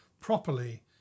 properly